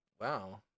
Wow